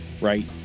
right